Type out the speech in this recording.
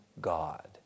God